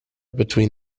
between